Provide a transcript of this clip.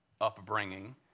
upbringing